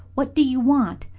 what do you want?